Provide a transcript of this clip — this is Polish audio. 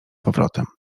powrotem